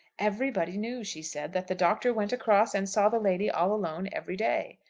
everybody knew, she said, that the doctor went across, and saw the lady all alone, every day.